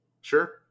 Sure